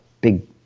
big